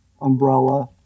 umbrella